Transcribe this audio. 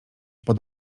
pod